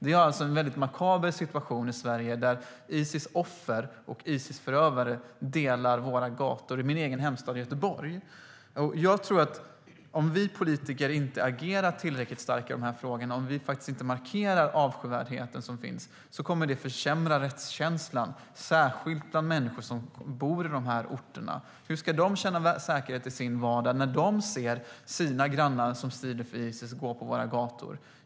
Vi har alltså en makaber situation i Sverige där Isis offer och Isis förövare delar våra gator, i min egen hemstad Göteborg. Jag tror att om vi politiker inte agerar tillräckligt starkt i de här frågorna, om vi inte markerar avskyvärdheten som finns, kommer det att försämra rättskänslan, särskilt bland människor som bor på de orterna. Hur ska de känna säkerhet i sin vardag när de ser sina grannar som strider för Isis gå på våra gator?